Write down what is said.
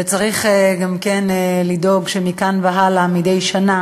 וצריך גם לדאוג שמכאן והלאה מדי שנה